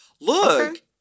Look